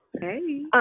Hey